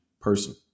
person